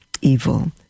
evil